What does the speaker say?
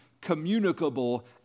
communicable